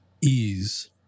ease